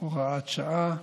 (הוראת שעה),